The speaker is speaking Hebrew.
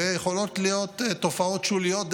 ויכולות להיות תופעות שוליות,